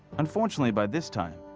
unfortunately by this time,